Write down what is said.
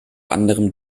anderem